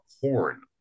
corn